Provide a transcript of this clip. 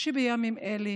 שבימים אלה